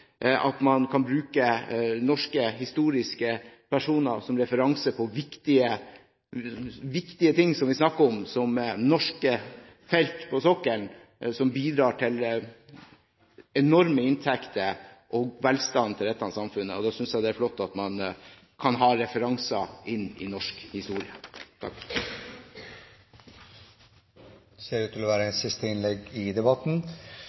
at man kan bruke norske historiske personer som referanser på viktige ting som vi snakker om, slik som norske felt på sokkelen, som bidrar til enorme inntekter og velstand til dette samfunnet. Da synes jeg det er flott at man kan ha referanser inn i norsk historie. Flere har ikke bedt om ordet til